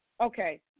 Okay